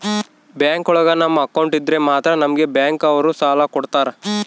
bank ಒಳಗ ನಮ್ account ಇದ್ರೆ ಮಾತ್ರ ನಮ್ಗೆ ಬ್ಯಾಂಕ್ ಅವ್ರು ಸಾಲ ಕೊಡ್ತಾರ